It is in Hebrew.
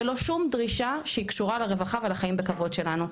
ולא שום דרישה שהיא קשורה לרווחה ולחיים בכבוד שלנו.